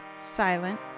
silent